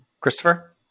Christopher